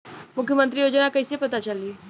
मुख्यमंत्री योजना कइसे पता चली?